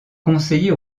conseiller